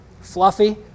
Fluffy